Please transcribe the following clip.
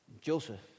Joseph